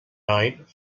night